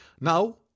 Now